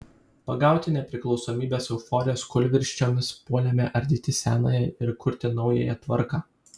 pagauti nepriklausomybės euforijos kūlvirsčiomis puolėme ardyti senąją ir kurti naująją tvarką